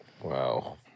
Wow